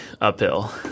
uphill